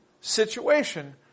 situation